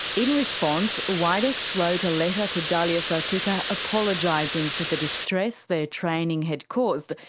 in response, widex wrote a letter to dahlia sartika apologising for the distress their training had caused,